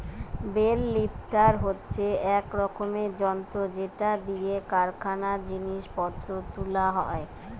bell lifter হচ্ছে এক রকমের যন্ত্র যেটা দিয়ে কারখানায় জিনিস পত্র তুলা হয়